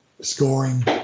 scoring